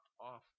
off